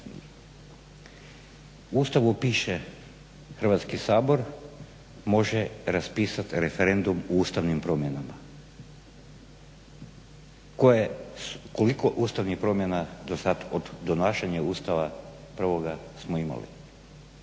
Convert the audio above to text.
U Ustavu piše Hrvatski sabor može raspisati referendum o ustavnim promjenama. Koliko ustavnih promjena do sada od donašanja Ustava prvoga smo imali?